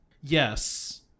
Yes